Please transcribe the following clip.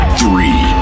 three